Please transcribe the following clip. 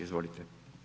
Izvolite.